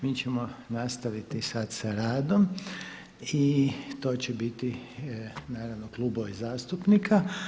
Mi ćemo nastaviti sad sa radom i to će biti naravno klubovi zastupnika.